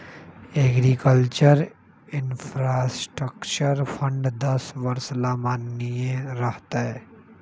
agriculture infrastructure fund दस वर्ष ला माननीय रह तय